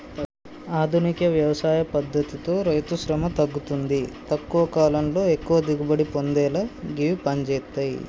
ఆధునిక వ్యవసాయ పద్దతితో రైతుశ్రమ తగ్గుతుంది తక్కువ కాలంలో ఎక్కువ దిగుబడి పొందేలా గివి పంజేత్తయ్